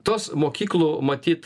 tos mokyklų matyt